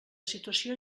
situació